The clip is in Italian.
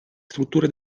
strutture